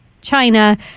China